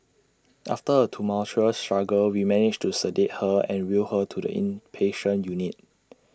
after A tumultuous struggle we managed to sedate her and wheel her to the inpatient unit